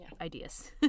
ideas